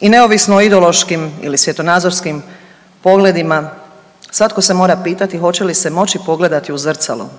i neovisno o ideološkim ili svjetonazorskim pogledima svatko se mora pitati hoće li se moći pogledati u zrcalo